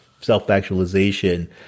Self-actualization